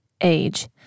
age